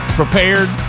prepared